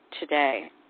today